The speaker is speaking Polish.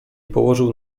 położył